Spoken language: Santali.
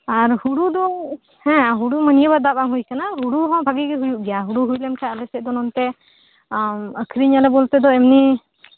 ᱟᱨ ᱦᱩᱲᱩ ᱫᱚ ᱦᱮᱸ ᱦᱩᱲᱩ ᱢᱟ ᱱᱤᱭᱟᱹᱵᱟᱨ ᱫᱟᱜᱽ ᱵᱟᱝ ᱦᱩᱭ ᱟ ᱠᱟᱱᱟ ᱦᱩᱲᱩ ᱦᱚᱸ ᱵᱷᱟᱜᱤ ᱜᱮ ᱦᱩᱭᱩᱜ ᱜᱮᱭᱟ ᱦᱩᱲᱩ ᱦᱩᱭ ᱞᱮᱱᱠᱷᱟᱱ ᱟᱞᱮ ᱥᱮᱡ ᱱᱚᱛᱮ ᱟᱠᱷᱨᱤᱧᱟᱞᱮ ᱵᱚᱞᱛᱮ ᱮᱢᱱᱤ